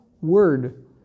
word